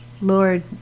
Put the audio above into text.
Lord